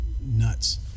nuts